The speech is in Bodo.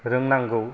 रोंनांगौ